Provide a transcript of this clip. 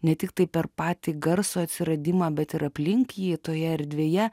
ne tiktai per patį garso atsiradimą bet ir aplink jį toje erdvėje